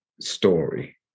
story